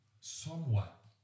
somewhat